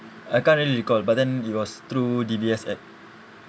I can't really recall but then it was through D_B_S ad